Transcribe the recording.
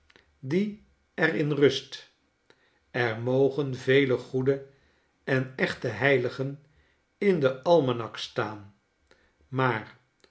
die er in rust er mogen vele goede en echte heiligen in den almanak staan maar